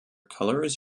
colors